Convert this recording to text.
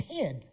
kid